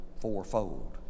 fourfold